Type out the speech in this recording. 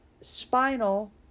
spinal